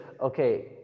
okay